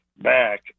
back